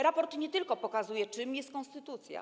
Raport nie tylko pokazuje, czym jest konstytucja.